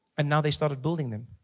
and now they started building them.